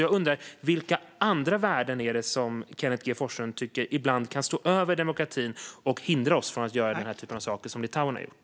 Jag undrar därför: Vilka andra värden är det som Kenneth G Forslund tycker ibland kan stå över demokratin och hindra oss från att göra den typen av saker som Litauen har gjort?